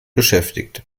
beschäftigt